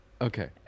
Okay